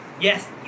Yes